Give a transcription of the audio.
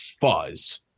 fuzz